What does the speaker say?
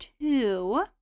two